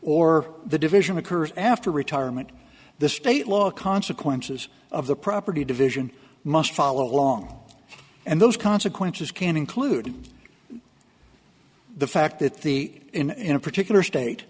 or the division occurs after retirement the state law of consequences of the property division must follow along and those consequences can include the fact that the in a particular state